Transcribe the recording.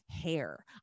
hair